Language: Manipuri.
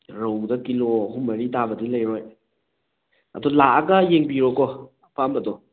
ꯔꯧꯗ ꯀꯤꯂꯣ ꯑꯍꯨꯝ ꯃꯔꯤ ꯇꯥꯕꯗꯤ ꯂꯩꯔꯣꯢ ꯑꯗꯣ ꯂꯥꯛꯑꯒ ꯌꯦꯡꯕꯤꯌꯣꯀꯣ ꯑꯄꯥꯝꯕꯗꯣ